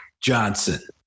johnson